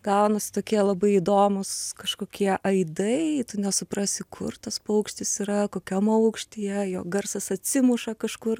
gaunasi tokie labai įdomūs kažkokie aidai tu nesuprasi kur tas paukštis yra kokiam aukštyje jo garsas atsimuša kažkur